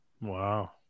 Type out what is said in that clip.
Wow